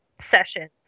session